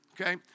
okay